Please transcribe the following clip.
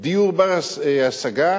דיור בר-השגה,